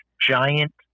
giant